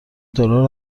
دلار